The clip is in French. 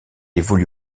évolue